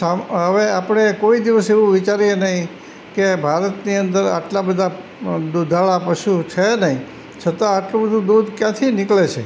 સામ હવે આપણે કોઈ દિવસ એવું વિચારીએ નહીં કે ભારતની અંદર આટલાં બધા દૂધાળા પશુ છે નહીં છતાં આટલું બધું દૂધ ક્યાંથી નીકળે છે